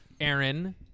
Aaron